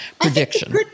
prediction